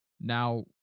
Now